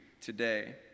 today